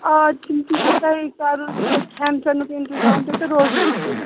آ تِم تہِ چھِ تۄہے کَرُن تہٕ کھٮ۪ن چٮ۪نُک اِنتظام تہِ تہٕ روزنُک تہِ